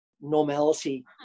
normality